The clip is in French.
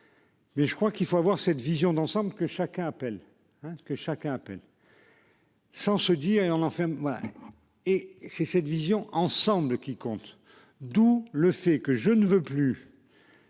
Mais je crois qu'il faut avoir cette vision d'ensemble que chacun appelle hein que chacun à peine.-- Sans se dit on fait.